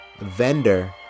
vendor